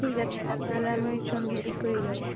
ঠিক আছে তাহলে আমি ওই সন্ধ্যের দিক করেই যাব